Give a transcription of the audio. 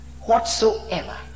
Whatsoever